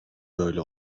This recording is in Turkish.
böyle